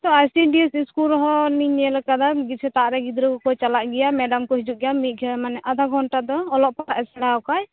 ICBS school ᱨᱮᱦᱚᱞᱤᱝ ᱧᱮᱞᱟᱠᱟᱫᱟ ᱥᱮᱛᱟᱜ ᱨᱮ ᱜᱤᱫᱽᱨᱟ ᱠᱚᱠᱚ ᱪᱟᱞᱟᱜ ᱜᱮᱭᱟ ᱢᱮᱰᱟᱢ ᱠᱚ ᱦᱤᱡᱩᱜ ᱜᱮᱭᱟ ᱢᱤᱫ ᱜᱷᱟ ᱲᱤ ᱢᱟᱱᱮ ᱟᱫᱷᱟ ᱜᱷᱚᱱᱴᱟ ᱫᱚ ᱚᱞᱚᱜ ᱯᱟᱲᱦᱟᱜᱼᱮ ᱥᱮᱬᱟᱣᱟᱠᱚᱣᱟᱭ